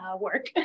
Work